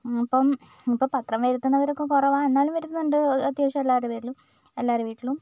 അപ്പം ഇപ്പോൾ പത്രം വരുത്തുന്നവരക്കെ കുറവാണ് എന്നാലും വരുത്തുന്നുണ്ട് അത്യാവശ്യം എല്ലാവരുടെ പേരിലും എല്ലാവരുടെ വീട്ടിലും